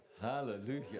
Hallelujah